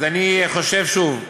אז אני חושב, שוב,